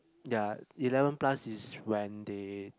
ya eleven plus is when they